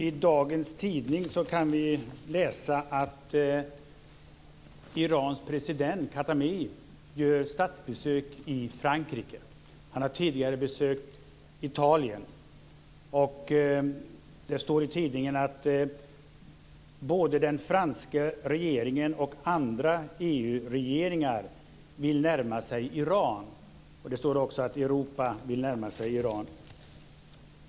I dagens tidning kan vi läsa att Irans president Khatami gör statsbesök i Frankrike. Han har tidigare besökt Italien. Det står i tidningen att både den franska regeringen och andra EU-regeringar vill närma sig Iran. Det står också att Europa vill närma sig Iran.